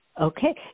Okay